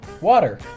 Water